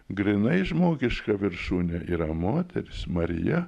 grynai žmogiška viršūnė yra moteris marija